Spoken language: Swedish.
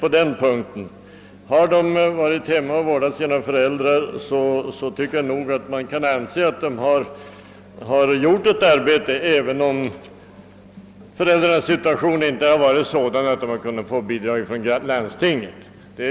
Om någon har vårdat sina föräldrar i hemmet så tycker jag man kan anse att vederbörande har utfört ett arbete, även om föräldrarnas situation inte varit sådan att de kunnat få bidrag av landstinget.